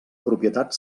propietat